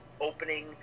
opening